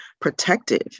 protective